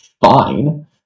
fine